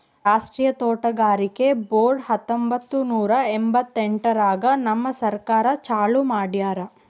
ರಾಷ್ಟ್ರೀಯ ತೋಟಗಾರಿಕೆ ಬೋರ್ಡ್ ಹತ್ತೊಂಬತ್ತು ನೂರಾ ಎಂಭತ್ತೆಂಟರಾಗ್ ನಮ್ ಸರ್ಕಾರ ಚಾಲೂ ಮಾಡ್ಯಾರ್